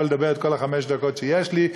לא לדבר את כל חמש הדקות שיש לי.